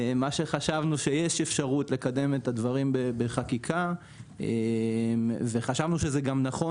מה שחשבנו שיש אפשרות לקדם את הדברים בחקיקה וחשבנו שזה גם נכון